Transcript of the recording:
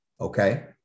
Okay